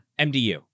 MDU